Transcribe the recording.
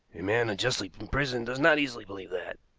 a man unjustly imprisoned does not easily believe that,